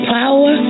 power